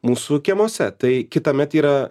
mūsų kiemuose tai kitąmet yra